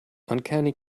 uncanny